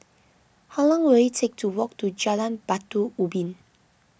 how long will it take to walk to Jalan Batu Ubin